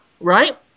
right